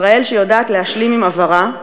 ישראל שיודעת להשלים עם עברה,